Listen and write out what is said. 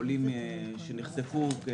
לחולים שנחשפו.